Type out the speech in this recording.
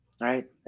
right